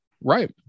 right